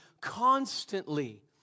constantly